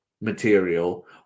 material